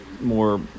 more